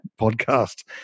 podcast